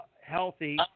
healthy